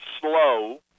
slow